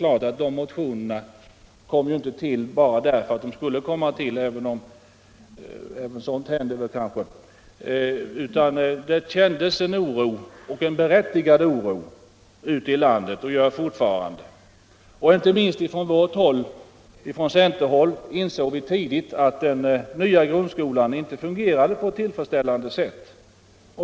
Dessa motioner kom säkert inte till bara för att få komma till —- även som sådant händer. Det kändes verkligen berättigad oro ute i landet och gör så fortfarande. Inte minst från centerhåll insåg vi tidigt att den nya grundskolan inte fungerade på ett tillfredsställande sätt.